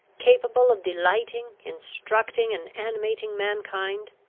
capable of delighting, instructing, and animating mankind,